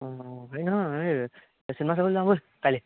অঁ হেৰি নহয় এই চিনেমা চাবলৈ যাওঁ ব'ল কাইলৈ